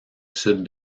sud